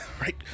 Right